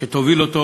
שתוביל אותו